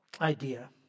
idea